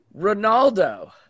Ronaldo